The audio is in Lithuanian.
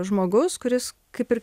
žmogus kuris kaip ir